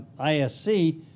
ISC